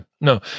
no